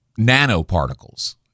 nanoparticles